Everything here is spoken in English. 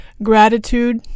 gratitude